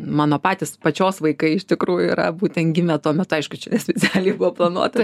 mano patys pačios vaikai iš tikrųjų yra būtent gimę tuo metu aišku čia specialiai buvo planuota